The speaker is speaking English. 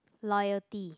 loyalty